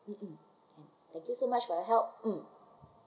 um um can thank you so much for your help um